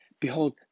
Behold